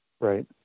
right